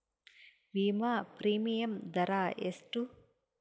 ವಿಮಾ ಪ್ರೀಮಿಯಮ್ ದರಾ ಎಷ್ಟು?